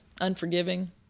unforgiving